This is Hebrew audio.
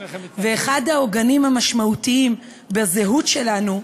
ואחד העוגנים המשמעותיים בזהות שלנו,